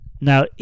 now